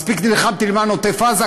מספיק נלחמתי למען עוטף-עזה,